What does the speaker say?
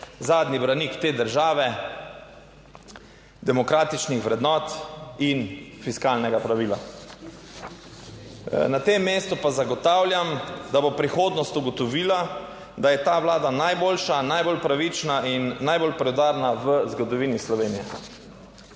zadnji branik te države demokratičnih vrednot in fiskalnega pravila. Na tem mestu pa zagotavljam, da bo prihodnost ugotovila da je ta Vlada najboljša, najbolj pravična in najbolj preudarna v zgodovini Slovenije.